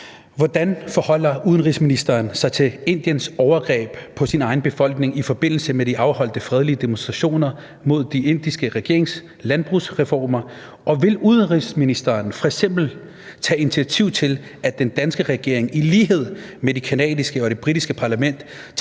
Hvordan forholder udenrigsministeren sig til Indiens overgreb på sin egen befolkning i forbindelse med de afholdte fredelige demonstrationer mod de indiske regeringslandbrugsreformer, og vil udenrigsministeren f.eks. tage initiativ til, at den danske regering i lighed med det canadiske og det britiske parlament